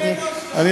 מה אכפת לך?